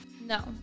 No